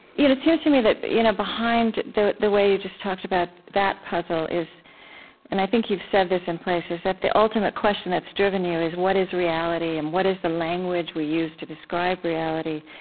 it seems to me that but you know behind the the way you just talked about that puzzle is and i think you've said this in places that the ultimate question that's driven you is, what is reality? and what is the language we use to describe reality?